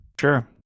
Sure